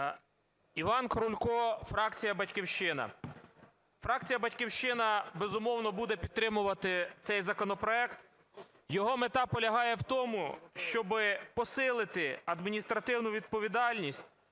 Іван Крулько, фракція "Батьківщина". Фракція "Батьківщина", безумовно, буде підтримувати цей законопроект. Його мета полягає в тому, щоб посилити адміністративну відповідальність